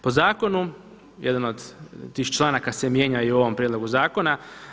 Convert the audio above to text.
Po zakonu jedan od tih članaka se mijenja i u ovom prijedlogu zakona.